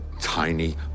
tiny